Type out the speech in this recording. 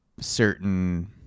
certain